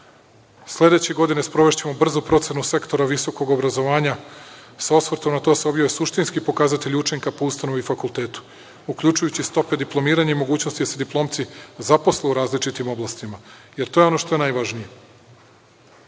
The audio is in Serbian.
rada. Sledeće godine sprovešćemo brzu procenu sektora visokog obrazovanja sa osvrtom na to, ovo je suštinski pokazatelj učinka po ustanovi fakulteta, uključujući stope diplomiranja i mogućnosti da se diplomci zaposle u različitim oblastima, jer to je ono što je najvažnije.I